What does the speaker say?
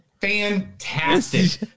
fantastic